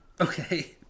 Okay